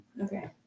Okay